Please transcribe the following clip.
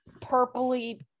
purpley